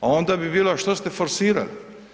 Pa onda bi bilo što ste forsirali.